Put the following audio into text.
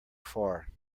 far